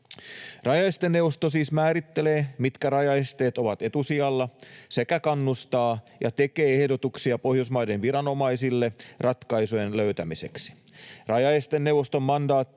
Rajaesteneuvosto siis määrittelee, mitkä rajaesteet ovat etusijalla, sekä kannustaa ja tekee ehdotuksia Pohjoismaiden viranomaisille ratkaisujen löytämiseksi.